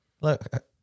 Look